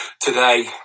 today